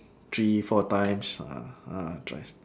three four times ah ah thrice